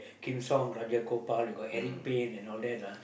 Kim Song Rajagopal you got Eric-Paine and all that ah